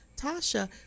Tasha